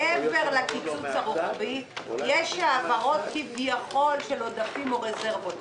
מעבר לקיצוץ הרוחבי יש העברות כביכול של עודפים או רזרבות.